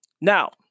Now